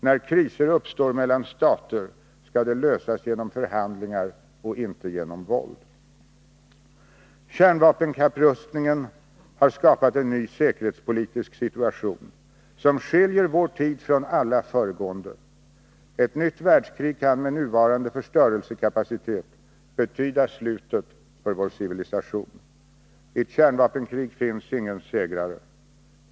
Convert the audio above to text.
När kriser uppstår mellan stater skall de lösas genom förhandlingar och inte genom våld. Kärnvapenkapprustningen har skapat en ny säkerhetspolitisk situation, som skiljer vår tid från alla föregående: ett nytt världskrig kan med nuvarande förstörelsekapacitet betyda slutet för vår civilisation. I ett kärnvapenkrig finns ingen segrare.